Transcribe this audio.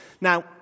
Now